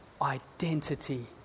identity